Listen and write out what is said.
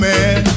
Man